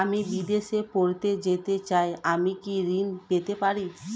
আমি বিদেশে পড়তে যেতে চাই আমি কি ঋণ পেতে পারি?